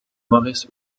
maurice